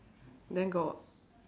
then got